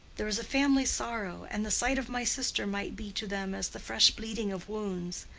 there is a family sorrow, and the sight of my sister might be to them as the fresh bleeding of wounds.